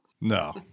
No